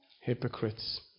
Hypocrites